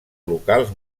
locals